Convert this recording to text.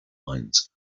mines